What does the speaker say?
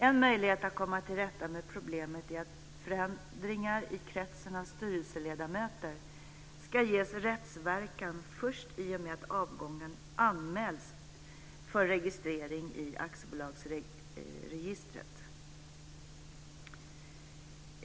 En möjlighet att komma till rätta med problemet är att förändringar i kretsen av styrelseledamöter ska ges rättsverkan först i och med att avgången anmäls för registrering i aktiebolagsregistret.